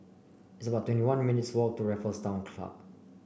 it's about twenty one minutes' walk to Raffles Town Club